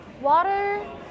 Water